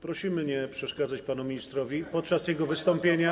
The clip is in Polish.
Prosimy nie przeszkadzać panu ministrowi podczas jego wystąpienia.